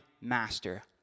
Master